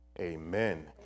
Amen